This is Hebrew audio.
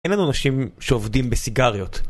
אין לנו אנשים שעובדים בסיגריות